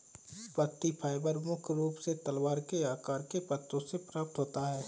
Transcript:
पत्ती फाइबर मुख्य रूप से तलवार के आकार के पत्तों से प्राप्त होता है